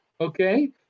Okay